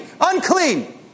unclean